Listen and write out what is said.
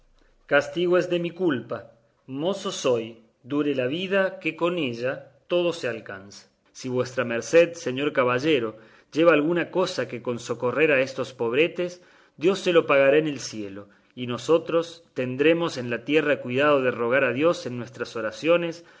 castigo es de mi culpa mozo soy dure la vida que con ella todo se alcanza si vuestra merced señor caballero lleva alguna cosa con que socorrer a estos pobretes dios se lo pagará en el cielo y nosotros tendremos en la tierra cuidado de rogar a dios en nuestras oraciones